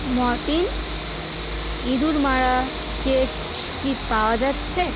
Mortein ইঁদুর মারা cake কি পাওয়া যাচ্ছে